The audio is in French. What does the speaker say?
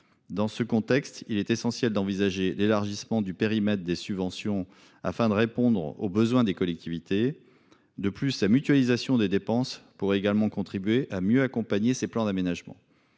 Dans ce contexte, il est essentiel d'envisager l'élargissement du périmètre des subventions, afin de répondre aux besoins des collectivités. En outre, la mutualisation des dépenses contribuerait également à mieux accompagner ces plans d'aménagement.